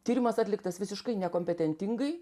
tyrimas atliktas visiškai nekompetentingai